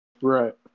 Right